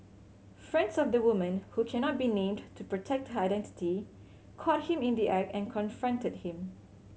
friends of the woman who cannot be named to protect her identity caught him in the act and confronted him